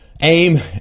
aim